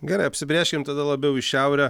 gerai apsibrėžkim tada labiau į šiaurę